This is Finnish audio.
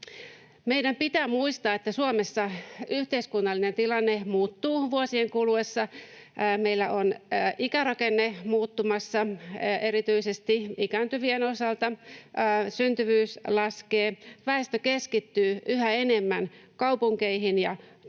Meidän pitää muistaa, että Suomessa yhteiskunnallinen tilanne muuttuu vuosien kuluessa: meillä on ikärakenne muuttumassa erityisesti ikääntyvien osalta, syntyvyys laskee, ja väestö keskittyy yhä enemmän kaupunkeihin ja taajamiin.